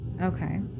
Okay